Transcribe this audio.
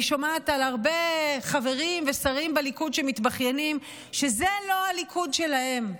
אני שומעת על הרבה חברים ושרים בליכוד שמתבכיינים שזה לא הליכוד שלהם.